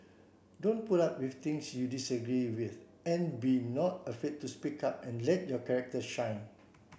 don't put up with things you disagree with and be not afraid to speak up and let your character shine